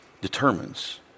determines